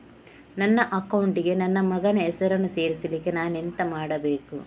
ನನ್ನ ಅಕೌಂಟ್ ಗೆ ನನ್ನ ಮಗನ ಹೆಸರನ್ನು ಸೇರಿಸ್ಲಿಕ್ಕೆ ನಾನೆಂತ ಮಾಡಬೇಕು?